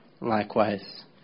likewise